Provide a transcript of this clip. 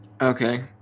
Okay